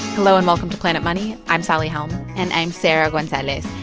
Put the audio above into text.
hello, and welcome to planet money. i'm sally helm and i'm sarah gonzalez.